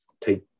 take